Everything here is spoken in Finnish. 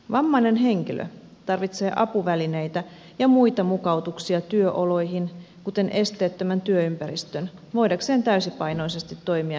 vammainen henkilö tarvitsee apuvälineitä ja muita mukautuksia työoloihin kuten esteettömän työympäristön voidakseen täysipainoisesti toimia yrittäjänä